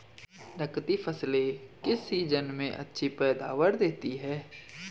नकदी फसलें किस सीजन में अच्छी पैदावार देतीं हैं?